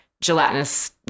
gelatinous